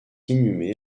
inhumé